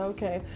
Okay